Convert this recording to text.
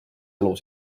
elu